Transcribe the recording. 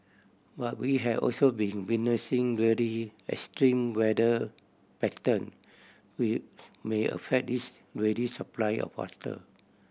but we have also been witnessing really extreme weather pattern with may affect this ready supply of water